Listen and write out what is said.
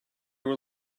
were